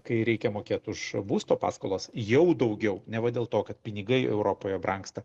kai reikia mokėt už būsto paskolas jau daugiau neva dėl to kad pinigai europoje brangsta